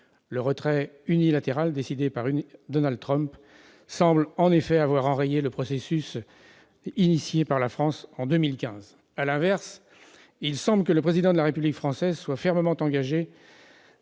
Le retrait unilatéral décidé par Donald Trump semble en effet avoir enrayé le processus lancé par la France en 2015. À l'inverse, il semble que le Président de la République soit fermement engagé